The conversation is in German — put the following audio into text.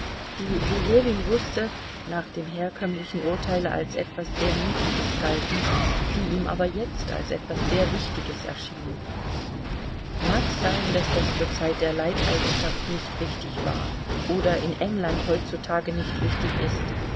die wie ljewin wußte nach dem herkömmlichen urteile als etwas sehr niedriges galten die ihm aber jetzt als etwas sehr wichtiges erschienen mag sein daß das zur zeit der leibeigenschaft nicht wichtig war oder in england heutzutage nicht wichtig ist